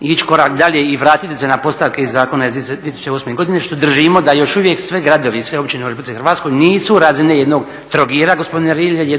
ići korak dalje i vratiti se na postavke iz Zakona iz 2008. godine, što držimo da još uvijek svi gradovi i sve općine u RH nisu u razini jednog Trogira gospodine Rilje,